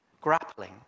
grappling